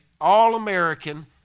all-American